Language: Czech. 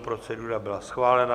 Procedura byla schválena.